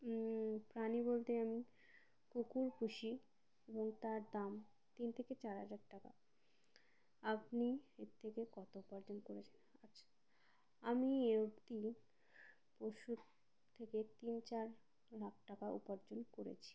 প্রাণী বলতে আমি কুকুর পুষি এবং তার দাম তিন থেকে চার হাজার টাকা আপনি এর থেকে কত উপার্জন করেছেন আচ্ছা আমি এ অবধি পশুর থেকে তিন চার লাখ টাকা উপার্জন করেছি